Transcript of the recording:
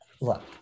look